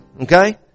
Okay